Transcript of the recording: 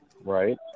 right